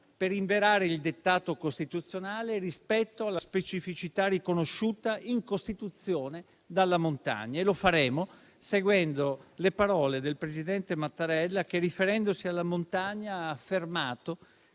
per inverare il dettato costituzionale rispetto alla specificità riconosciuta in Costituzione dalla montagna. Lo faremo seguendo le parole del presidente Mattarella che, riferendosi alla montagna, ha affermato